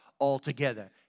altogether